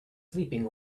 sleeping